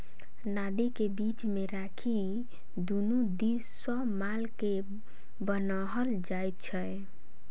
नादि के बीच मे राखि दुनू दिस सॅ माल के बान्हल जाइत छै